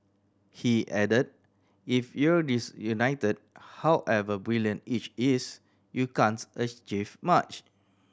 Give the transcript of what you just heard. he added If you're disunited however brilliant each is you achieve much